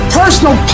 personal